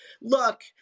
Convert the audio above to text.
look